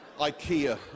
Ikea